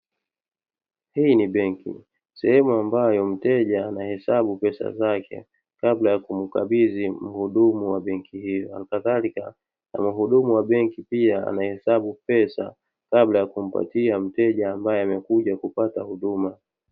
Hii ni benki, sehemu ambayo mteja ana hesabu pesa zake, kabla ya kumkabidhi muhudumu wa benki hiyo alkadharika na muhudumu wa benki pia anahesabu pesa kabala ya kumpatia mteja ambaye amekuja kupata huduma.